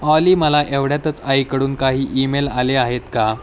ऑली मला एवढ्यातच आईकडून काही ईमेल आले आहेत का